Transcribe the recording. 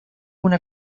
una